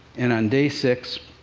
and on day six,